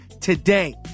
today